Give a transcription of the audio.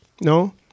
no